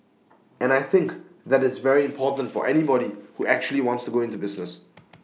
and I think that is very important for anybody who actually wants to go into business